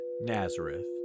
Nazareth